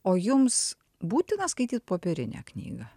o jums būtina skaityt popierinę knygą